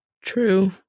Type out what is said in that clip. True